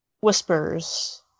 Whispers